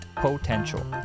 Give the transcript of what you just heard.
potential